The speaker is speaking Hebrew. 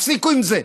תפסיקו עם זה.